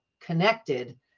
connected